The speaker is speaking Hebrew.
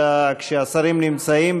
אלא כשהשרים נמצאים,